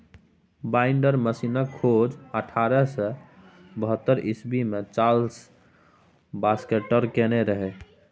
binder मशीनक खोज अठारह सय बहत्तर इस्बी मे चार्ल्स बाक्सटर केने रहय